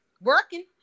Working